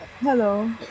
hello